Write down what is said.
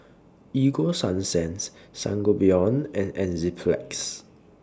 Ego Sunsense Sangobion and Enzyplex